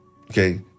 Okay